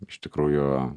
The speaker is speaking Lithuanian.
iš tikrųjų